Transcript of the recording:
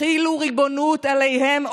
החילו ריבונות עליהם,